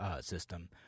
system